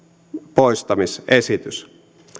poistamisesitys